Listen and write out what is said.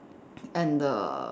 and the